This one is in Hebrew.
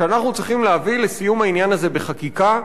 שאנחנו צריכים להביא לסיום העניין הזה בחקיקה.